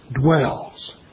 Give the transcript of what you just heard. dwells